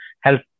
help